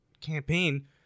campaign